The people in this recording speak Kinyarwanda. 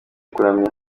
kuramya